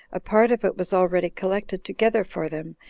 a part of it was already collected together for them,